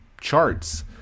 charts